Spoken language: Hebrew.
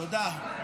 תודה.